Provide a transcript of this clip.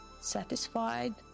satisfied